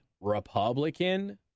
Republican